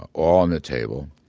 on the table.